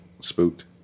spooked